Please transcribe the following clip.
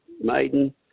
Maiden